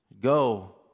go